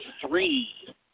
three